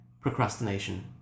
Procrastination